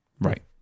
Right